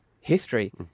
history